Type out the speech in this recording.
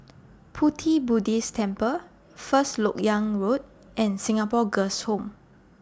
Pu Ti Buddhist Temple First Lok Yang Road and Singapore Girls' Home